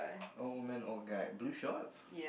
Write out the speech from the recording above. old woman old guy blue shorts